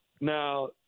now